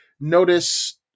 notice